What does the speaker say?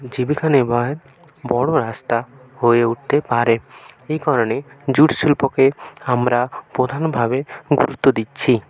জীবিকা নির্বাহের বড়ো রাস্তা হয়ে উটতে পারে এই কারণে জুট শিল্পকে হামরা পোধানভাবে গুরুত্ব দিচ্ছি